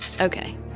okay